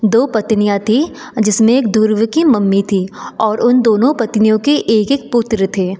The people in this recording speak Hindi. दो पत्नियाँ थी जिसमें एक ध्रुव कि मम्मी थी और उन दोनों पत्नियों के एक एक पुत्र थे